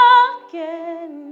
again